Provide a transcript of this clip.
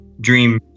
dream